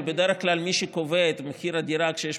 אבל בדרך כלל מי שקובע את מחיר הדירה כשיש